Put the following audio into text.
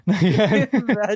Imagine